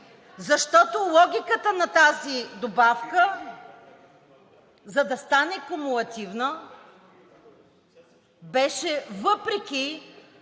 защото логиката на тази добавка, за да стане кумулативна беше въпреки